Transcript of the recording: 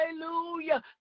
hallelujah